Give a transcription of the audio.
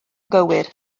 gywir